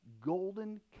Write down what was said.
golden